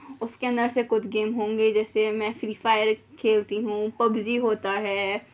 اس کے اندر سے کچھ گیم ہوں گے جیسے میں فری فائر کھیلتی ہوں پب جی ہوتا ہے